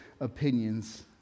opinions